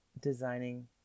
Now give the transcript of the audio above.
designing